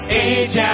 age